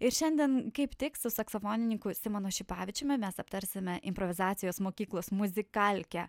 ir šiandien kaip tik su saksofonininku simonu šipavičiumi mes aptarsime improvizacijos mokyklos muzikalkę